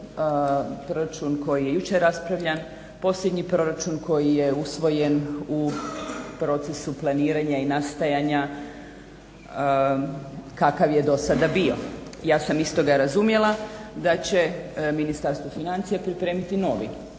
proračun koji je jučer raspravljan posljednji proračun koji je usvojen u procesu planiranja i nastajanja kakav je do sada bio. Ja sam iz toga razumjela da će Ministarstvo financija pripremiti novi